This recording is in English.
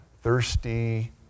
thirsty